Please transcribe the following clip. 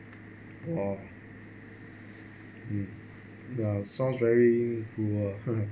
orh mm ya sounds very cruel